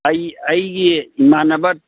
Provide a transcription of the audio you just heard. ꯑꯩ ꯑꯩꯒꯤ ꯏꯃꯥꯟꯅꯕ